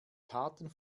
taten